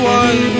one